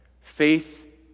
Faith